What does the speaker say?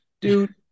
Dude